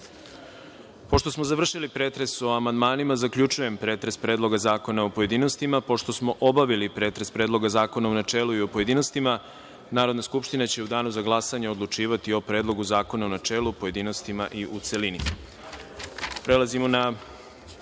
smo završi pretres o amandmanima zaključujem pretres predloga zakona u pojedinostima. Pošto smo obavili pretres predloga zakona u načelu i u pojedinostima Narodna skupština će u danu za glasanje odlučivati o Predlogu zakona u načelu, pojedinostima i u